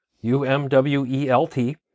U-M-W-E-L-T